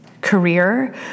career